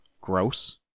gross